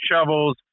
shovels